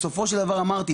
כי בסופו של דבר אמרתי,